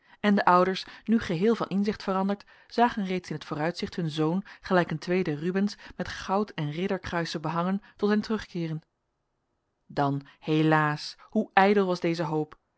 en de ouders nu geheel van inzicht veranderd zagen reeds in t vooruitzicht hun zoon gelijk een tweeden rubbens met goud en ridderkruisen behangen tot hen terugkeeren dan helaas hoe ijdel was deze hoop